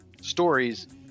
stories